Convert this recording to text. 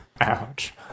Ouch